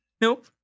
Nope